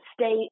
state